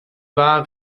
war